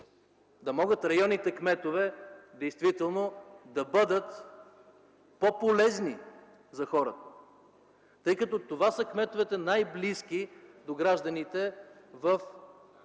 да могат районните кметове действително да бъдат по-полезни за хората. Това са кметовете най-близки до гражданите в трите